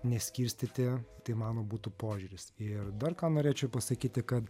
neskirstyti tai mano būtų požiūris ir dar ką norėčiau pasakyti kad